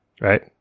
right